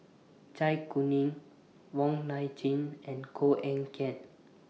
Zai Kuning Wong Nai Chin and Koh Eng Kian